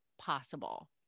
possible